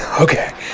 Okay